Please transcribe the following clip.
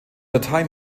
datei